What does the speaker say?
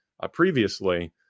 previously